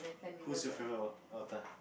whose your favourite author